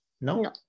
No